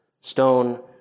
stone